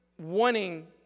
wanting